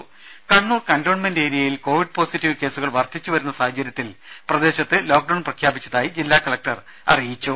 രുദ കണ്ണൂർ കന്റോൺമെന്റ് ഏരിയയിൽ Covid positive കേസുകൾ വർധിച്ചു വരുന്ന സാഹചര്യത്തിൽ പ്രദേശത്ത് ലോക്ക് ഡൌൺ പ്രഖ്യാപിച്ചതായി ജില്ലാ കലക്ടർ അറിയിച്ചു